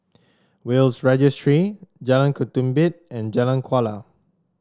Will's Registry Jalan Ketumbit and Jalan Kuala